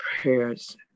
prayers